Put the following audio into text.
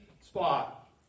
spot